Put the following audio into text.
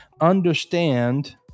understand